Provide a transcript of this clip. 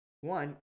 one